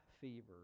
fever